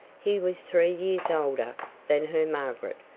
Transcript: he was three years older than her margaret,